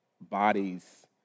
bodies